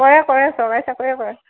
কৰে কৰে চৰকাৰী চাকৰিয়ে কৰে